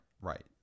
right